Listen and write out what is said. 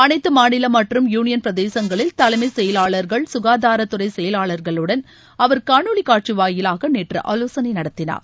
அனைத்து மாநில மற்றும் யூளியன் பிரதேசங்களில் தலைமைச் செயலாளர்கள் சுகாதாரத்துறை செயலாளர்களுடன் அவர் காணொளி காட்சி வாயிலாக நேற்று ஆலோசனை நடத்தினார்